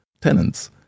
tenants